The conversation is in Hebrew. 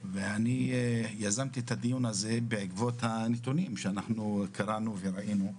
ואני יזמתי את הדיון הזה בעקבות הנתונים שאנחנו קראנו וראינו,